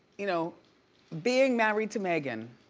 you know being married to megyn.